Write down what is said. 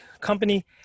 Company